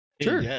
Sure